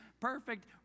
perfect